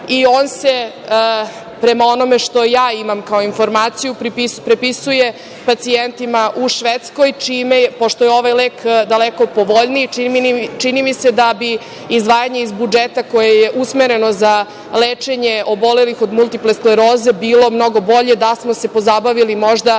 i on se prema onome što ja imam kao informaciju prepisuje pacijentima u Švedskoj, pošto je ovaj lek daleko povoljniji, čini mi se da bi izdvajanje iz budžet koje je usmereno za lečenje obolelih od multipleskleroze, bilo mnogo bolje da smo se pozabavili, možda